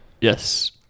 yes